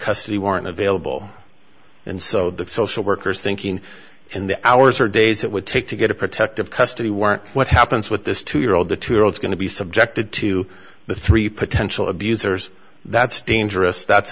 custody weren't available and so the social workers thinking in the hours or days it would take to get a protective custody weren't what happens with this two year old the two year old's going to be subjected to the three potential abusers that's dangerous that's